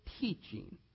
teaching